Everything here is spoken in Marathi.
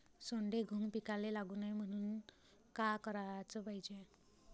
सोंडे, घुंग पिकाले लागू नये म्हनून का कराच पायजे?